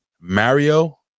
Mario